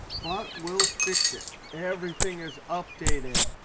but we'll fix it. everything is updated.